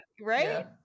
Right